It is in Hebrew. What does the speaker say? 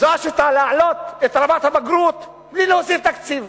זו השיטה להעלות את רמת הבגרות בלי להוסיף תקציב.